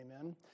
Amen